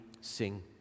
sing